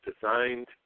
designed